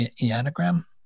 anagram